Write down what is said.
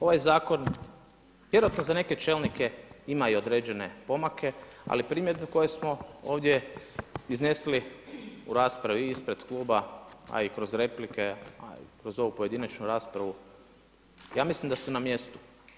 Ovaj zakon vjerovatno za neke čelnike ima i određene pomake ali primjedbe koje smo ovdje iznesli u raspravi i ispred kluba, a i kroz replike a i kroz ovu pojedinačnu raspravu, ja mislim da su na mjestu.